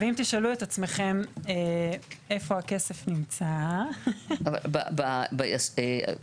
ואם תשאלו את עצמכם איפה הכסף נמצא --- אבל בהשבת